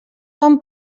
són